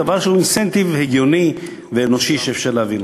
דבר שהוא אינסנטיב הגיוני ואנושי שאפשר להבין.